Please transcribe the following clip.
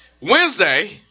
Wednesday